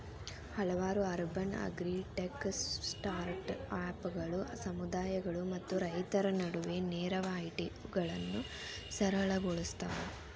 ಹಲವಾರು urban agritech ಸ್ಟಾರ್ಟ್ಅಪ್ಗಳು ಸಮುದಾಯಗಳು ಮತ್ತು ರೈತರ ನಡುವೆ ನೇರ ವಹಿವಾಟುಗಳನ್ನಾ ಸರಳ ಗೊಳ್ಸತಾವ